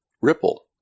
ripple